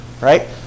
Right